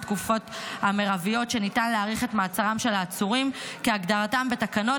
התקופות המרביות שבהן ניתן להאריך את מעצרם של העצורים כהגדרתם בתקנות